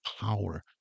power